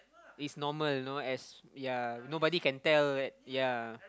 it's normal know as yea nobody can tell yea